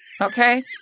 okay